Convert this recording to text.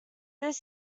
this